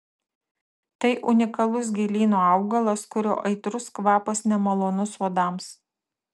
tai unikalus gėlyno augalas kurio aitrus kvapas nemalonus uodams